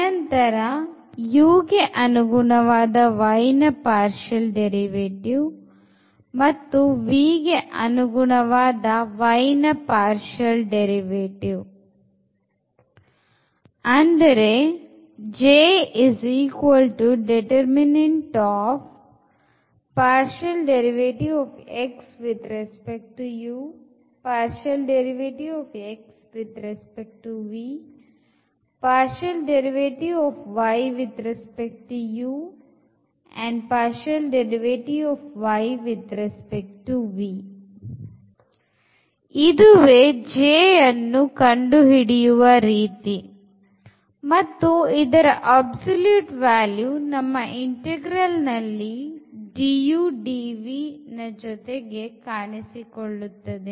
ಅನಂತರ u ಗೆ ಅನುಗುಣವಾದ y ನ partial derivative v ಗೆ ಅನುಗುಣವಾದ y ನ partial derivative ಇದುವೇ J ಅನ್ನು ಕಂಡುಹಿಡಿಯುವ ರೀತಿ ಮತ್ತು ಇದರ absolute value ನಮ್ಮ integral ನಲ್ಲಿ du dv ನ ಜೊತೆಗೆ ಕಾಣಿಸಿಕೊಳ್ಳುತ್ತದೆ